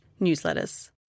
newsletters